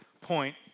point